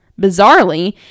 Bizarrely